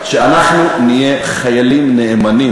שאנחנו נהיה חיילים נאמנים,